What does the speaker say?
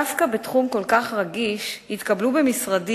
דווקא בתחום כל כך רגיש התקבלו במשרדי